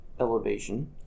elevation